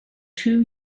two